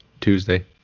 Tuesday